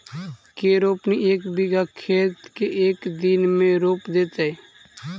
के रोपनी एक बिघा खेत के एक दिन में रोप देतै?